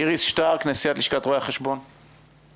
איריס שטרק, נשיאת לשכת רואי החשבון, בבקשה.